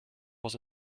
was